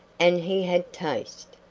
and he had taste.